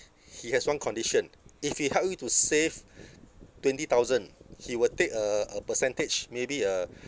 he has one condition if he help you to save twenty thousand he will take a a percentage maybe uh